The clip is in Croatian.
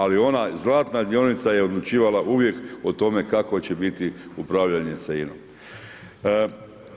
Ali ona zlatna dionica je odlučivala uvijek o tome kako će biti upravljanje sa INA-om.